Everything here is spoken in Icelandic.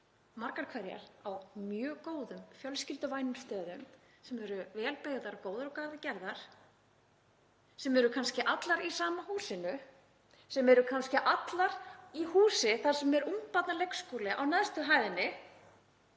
margar hverjar á mjög góðum, fjölskylduvænum stöðum, sem eru vel byggðar, vel úr garði gerðar, sem eru kannski allar í sama húsinu, sem eru kannski allar í húsi þar sem ungbarnaleikskóli er á neðstu hæðinni,